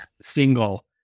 single